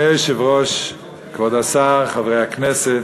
אדוני היושב-ראש, כבוד השר, חברי הכנסת,